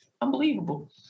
unbelievable